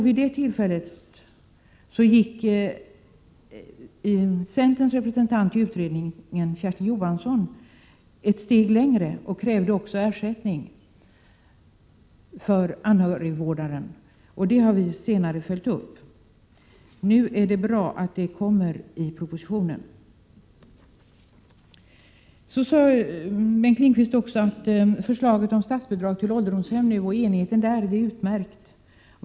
Vid det tillfället gick centerns representant i utredningen, Kersti Johansson, ett steg längre och krävde också ersättning för anhörigvårdare, och det har vi sedan följt upp. Det är bra att det nu kommer i propositionen. Vidare sade Bengt Lindqvist att enigheten i fråga om förslaget om statsbidrag till ålderdomshem är utmärkt.